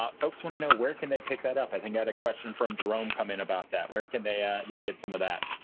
folks want to know, where can they pick that up? i think i had a question from jerome come in about that. where can they ah they get some of that?